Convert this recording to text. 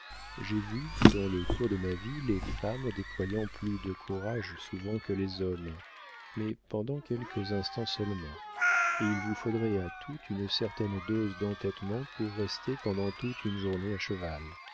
j'ai vu dans le cours de ma vie les femmes déployant plus de courage souvent que les hommes mais pendant quelques instants seulement et il vous faudrait à toutes une certaine dose d'entêtement pour rester pendant toute une journée à cheval